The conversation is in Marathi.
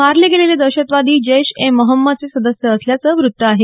मारले गेलेले दहशतवादी जैश ए मोहम्मदचे सदस्य असल्याचं वृत्त आहे